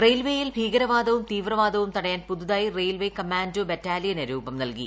റെയിൽവേയിൽ ഭീകരവാദവും തീവ്രവാദവും തടയാൻ പുതുതായി റെയിൽവേ കമാന്റോ ബറ്റാലിയനു രൂപം നൽകി